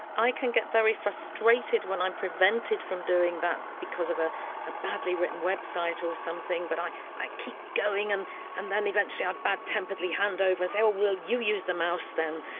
i can get very frustrated when i'm prevented from doing that because of a ah badly written website or something but i i keep going and and then eventually i bad temperedly hand over and say oh well you use the mouse then.